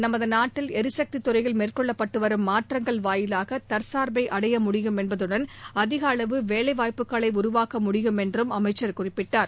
நமது நாட்டில் எரிசக்தித் துறையில் மேற்கொள்ளப்பட்டு வரும் மாற்றங்கள் வாயிலாக தற்சார்பை அடைய முடியும் என்பதுடன் அதிக அளவு வேலை வாய்ப்புகளை உருவாக்க முடியும் என்றும் அமைச்சர் குறிப்பிட்டார்